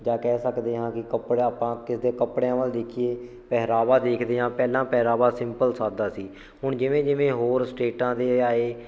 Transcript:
ਜਾਂ ਕਹਿ ਸਕਦੇ ਹਾਂ ਕਿ ਕੱਪੜਾ ਆਪਾਂ ਕਿਸੇ ਦੇ ਕੱਪੜਿਆਂ ਵੱਲ ਦੇਖੀਏ ਪਹਿਰਾਵਾ ਦੇਖਦੇ ਹਾਂ ਪਹਿਲਾਂ ਪਹਿਰਾਵਾ ਸਿੰਪਲ ਸਾਦਾ ਸੀ ਹੁਣ ਜਿਵੇਂ ਜਿਵੇਂ ਹੋਰ ਸਟੇਟਾਂ ਦੇ ਆਏ